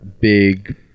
big